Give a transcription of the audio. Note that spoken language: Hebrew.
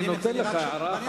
אני נותן לך הערה אחת,